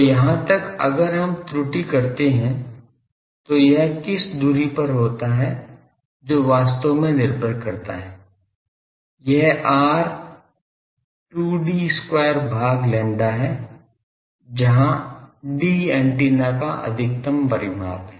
तो यहाँ तक अगर हम त्रुटि करते हैं तो यह किस दूरी पर होता है जो वास्तव में निर्भर करता है यह r 2D square भाग lambda है जहां D एंटीना का अधिकतम परिमाप है